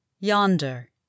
Yonder